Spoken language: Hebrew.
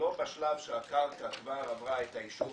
לא בשלב שהקרקע כבר עברה את האישור